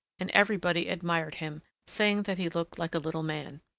and everybody admired him, saying that he looked like a little man.